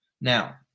Now